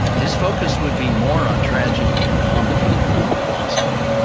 his focus would be more on tragedy and comedy than on philosophy.